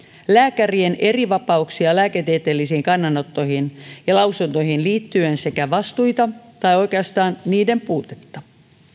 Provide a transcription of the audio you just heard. lääkärien erivapauksia lääketieteellisiin kannanottoihin ja lausuntoihin liittyen sekä vastuita tai oikeastaan niiden puutetta